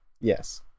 Yes